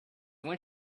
went